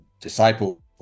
disciple